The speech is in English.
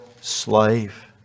slave